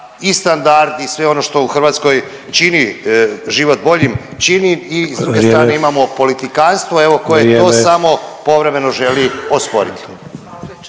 i standard i sve ono što u Hrvatskoj čini život boljim čini i s druge strane imamo …/Upadica Sanader: Vrijeme/…politikanstvo evo koje to samo povremeno želi osporiti.